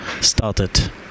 started